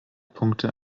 punkte